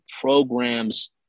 programs